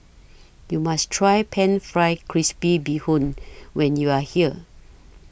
YOU must Try Pan Fried Crispy Bee Hoon when YOU Are here